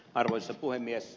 arvoisa puhemies